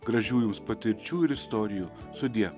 gražių jums patirčių ir istorijų sudie